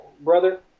brother